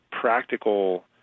practical